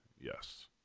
yes